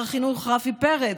שר החינוך רפי פרץ,